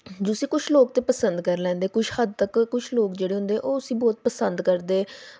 जिस्सी कुछ लोग ते पसंद करी लैंदे कुछ हद्द तक्कर कुछ लोग जेह्के होंदे ओह् उस्सी ब्हौत पसंद करदे